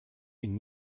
ihnen